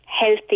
healthy